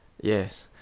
Yes